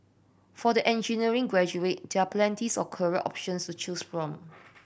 for the engineering graduate there are plenty's of career options to choose from